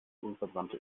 unverbrannte